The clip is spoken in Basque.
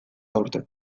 aurten